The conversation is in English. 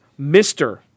Mr